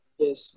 yes